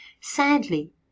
Sadly